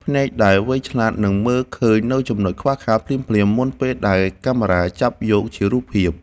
ភ្នែកដែលវៃឆ្លាតនឹងមើលឃើញនូវចំណុចខ្វះខាតភ្លាមៗមុនពេលដែលកាមេរ៉ាចាប់យកជារូបភាព។